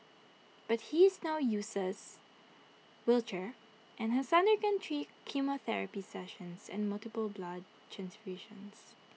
but he is now uses wheelchair and has undergone three chemotherapy sessions and multiple blood transfusions